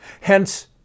Hence